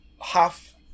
half